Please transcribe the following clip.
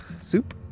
soup